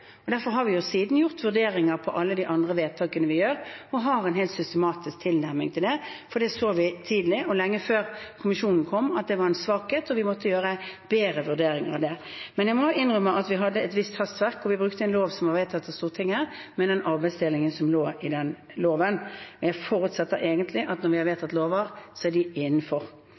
Derfor har vi siden gjort vurderinger på alle de andre vedtakene vi gjør, og har en helt systematisk tilnærming til det. For vi så tidlig, og lenge før kommisjonen kom, at det var en svakhet, og vi måtte gjøre bedre vurdering av det. Men jeg må innrømme at vi hadde et visst hastverk, og vi brukte en lov som var vedtatt av Stortinget, med den arbeidsdelingen som lå i den loven. Jeg forutsetter egentlig at når vi har vedtatt lover, så er de